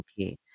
okay